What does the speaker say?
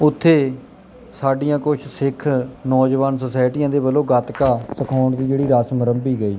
ਉੱਥੇ ਸਾਡੀਆਂ ਕੁਝ ਸਿੱਖ ਨੌਜਵਾਨ ਸੁਸਾਇਟੀਆਂ ਦੇ ਵੱਲੋਂ ਗੱਤਕਾ ਸਿਖਾਉਣ ਦੀ ਜਿਹੜੀ ਰਸਮ ਅਰੰਭੀ ਗਈ